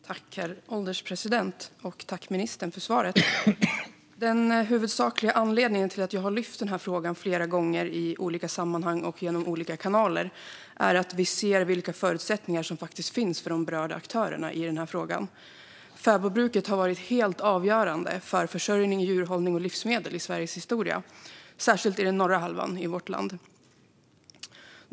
Herr ålderspresident! Tack, ministern, för svaret! Den huvudsakliga anledningen till att jag har lyft den här frågan flera gånger i olika sammanhang och genom olika kanaler är att vi ser vilka förutsättningar som faktiskt finns för de berörda aktörerna i frågan. Fäbodbruket har varit helt avgörande för försörjning, djurhållning och livsmedel i Sveriges historia, särskilt i den norra halvan av vårt land.